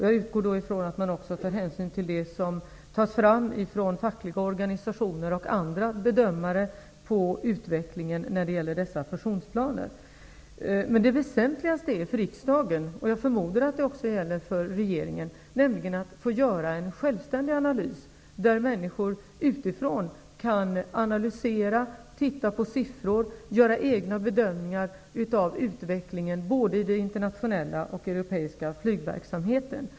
Jag utgår från att man då också tar hänsyn till det som tas fram av fackliga organisationer och andra bedömare av utvecklingen när det gäller fusionsplanerna. Men det väsentliga för riksdagen -- och jag förmodar att det gäller också för regeringen -- är att göra en självständig analys, baserad på av oberoende personer gjorda utvärderingar, siffergenomgångar och bedömningar av utvecklingen inom både den internationella och den europeiska flygverksamheten.